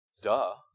duh